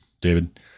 David